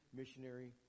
missionary